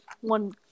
One